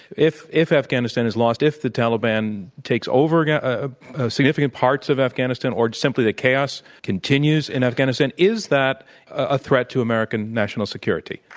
if if afghanistan is lost, if the taliban takes over yeah ah significant parts of afghanistan or simply the chaos continues in afghanistan is that a threat to american national security?